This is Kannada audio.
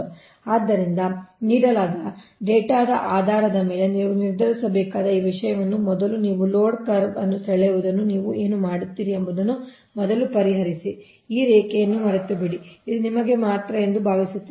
ಆದ್ದರಿಂದ ನೀಡಲಾದ ಡೇಟಾದ ಆಧಾರದ ಮೇಲೆ ನೀವು ನಿರ್ಧರಿಸಬೇಕಾದ ಈ 4 ವಿಷಯವು ಮೊದಲು ನೀವು ಲೋಡ್ ಕರ್ವ್ ಅನ್ನು ಸೆಳೆಯುವದನ್ನು ನೀವು ಏನು ಮಾಡುತ್ತೀರಿ ಎಂಬುದನ್ನು ಮೊದಲು ಪರಿಹರಿಸಿ ಈ ರೇಖೆಯನ್ನು ಮರೆತುಬಿಡಿ ಇದು ನಿಮಗೆ ಮಾತ್ರ ಎಂದು ಭಾವಿಸುತ್ತದೆ